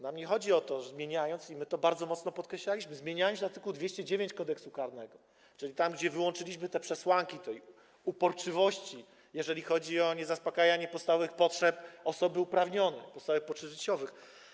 Nam nie chodzi o to, i my to bardzo mocno podkreślaliśmy, zmieniając art. 209 Kodeksu karnego, czyli tam, gdzie wyłączyliśmy przesłanki uporczywości, jeżeli chodzi o niezaspokajanie podstawowych potrzeb osoby uprawnionej, podstawowych potrzeb życiowych.